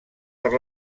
per